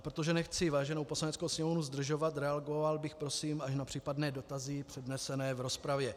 Protože nechci váženou Poslaneckou sněmovnu zdržovat, reagoval bych prosím až na případné dotazy přednesené v rozpravě.